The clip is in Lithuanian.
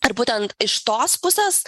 ar būtent iš tos pusės